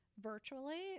virtually